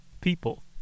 People